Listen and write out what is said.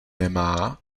nemá